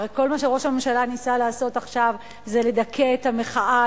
הרי כל מה שראש הממשלה ניסה לעשות עכשיו זה לדכא את המחאה,